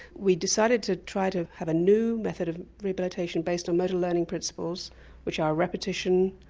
we decided to try to have a new method of rehabilitation based on motor learning principles which are repetition,